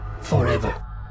forever